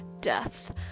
death